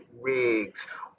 rigs